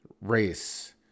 Race